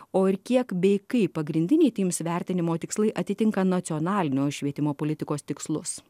o ir kiek bei kaip pagrindiniai tims vertinimo tikslai atitinka nacionalinio švietimo politikos tikslus